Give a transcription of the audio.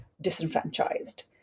disenfranchised